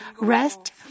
rest